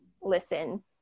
listen